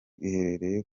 iherereye